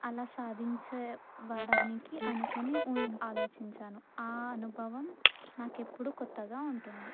అలా సాధించేవడానికి అనుకని ఆలోచించాను ఆ అనుభవం నాకు ఎప్పుడూ కొత్తగా ఉంటుంది